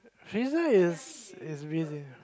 drizzle is is really